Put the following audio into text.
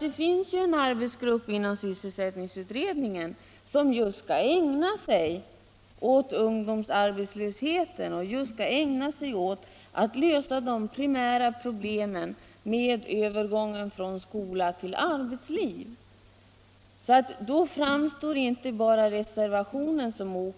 Det finns ju en arbetsgrupp inom sysselsättningsutredningen som skall ägna sig åt ungdomsarbetslösheten och åt att lösa de primära problemen med övergången från skola till arbetsliv. Mot den bakgrunden framstår inte bara reservationen utan